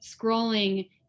scrolling